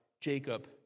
Jacob